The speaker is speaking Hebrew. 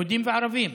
יהודים וערבים,